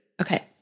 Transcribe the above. Okay